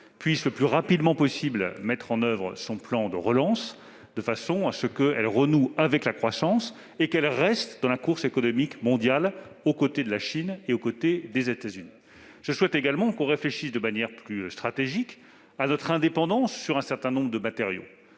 oeuvre le plus rapidement possible son plan de relance afin de renouer avec la croissance et de rester dans la course économique mondiale aux côtés de la Chine et des États-Unis. Je souhaite également que nous réfléchissions de manière plus stratégique à notre indépendance sur un certain nombre de matériaux.